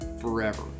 forever